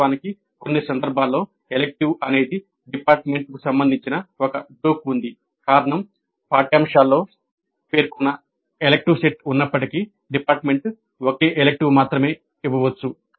వాస్తవానికి కొన్ని సందర్భాల్లో ఎలిక్టివ్ అనేది డిపార్టుమెంటుకు సంబంధించిన ఒక జోక్ ఉంది కారణం పాఠ్యాంశాల్లో పేర్కొన్న ఎలెక్టివ్ సెట్ ఉన్నప్పటికీ డిపార్ట్మెంట్ ఒకే ఎలిక్టివ్ మాత్రమే ఇవ్వవచ్చు